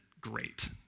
great